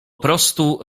prostu